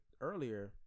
earlier